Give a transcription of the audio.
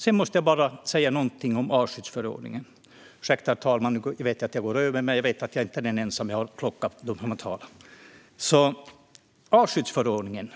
Sedan måste jag bara säga någonting om artskyddsförordningen. Jag vet att jag går över tiden, herr talman, och jag ber om ursäkt för det. Jag är dock inte ensam om det; jag har klockat dem som talat. När det gäller fåglar och artskyddsförordningen